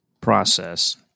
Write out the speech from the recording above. process